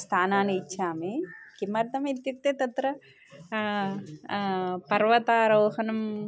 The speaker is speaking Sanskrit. स्थानानि इच्छामि किमर्थमित्युक्ते तत्र पर्वतारोहणं